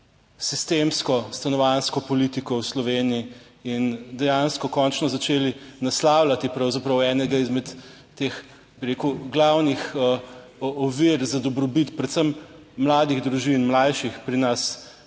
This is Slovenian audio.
sistemsko stanovanjsko politiko v Sloveniji in dejansko končno začeli naslavljati pravzaprav enega izmed teh, bi rekel, glavnih ovir za dobrobit predvsem mladih družin, mlajših pri nas,